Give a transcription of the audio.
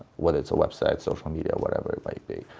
whether it's a website, social media, or whatever it may be.